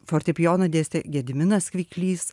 fortepijoną dėstė gediminas kviklys